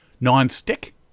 non-stick